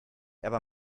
aber